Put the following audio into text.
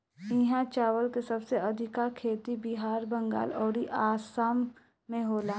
इहा चावल के सबसे अधिका खेती बिहार, बंगाल अउरी आसाम में होला